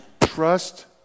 Trust